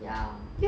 ya